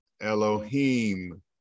Elohim